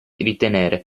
ritenere